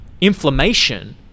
inflammation